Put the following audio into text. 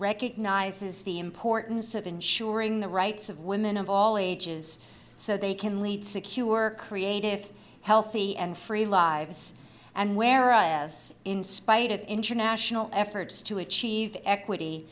recognizes the importance of ensuring the rights of women of all ages so they can lead secure creative healthy and free lives and whereas in spite of international efforts to achieve equity